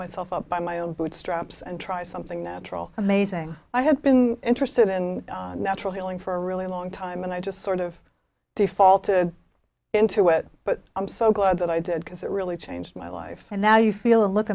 myself up by my own bootstraps and try something natural amazing i had been interested in natural healing for a really long time and i just sort of defaulted into it but i'm so glad that i did because it really changed my life and now you feel a look